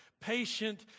patient